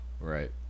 Right